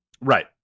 Right